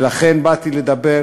ולכן, באתי לדבר